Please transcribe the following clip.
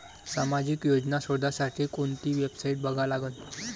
सामाजिक योजना शोधासाठी कोंती वेबसाईट बघा लागन?